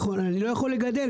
נכון, אני לא יכול לגדל.